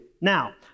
Now